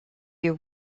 you